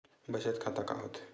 बचत खाता का होथे?